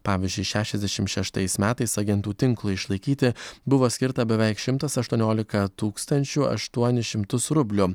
pavyzdžiui šešiasdešim šeštais metais agentų tinklui išlaikyti buvo skirta beveik šmtas aštuoniolika tūkstančių aštuonis šimtus rublių